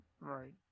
right